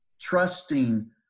trusting